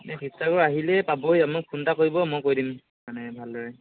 এ শিৱসাগৰ আহিলেই পাবহি মোক ফোন এটা কৰিব মই কৈ দিম মানে ভালদৰে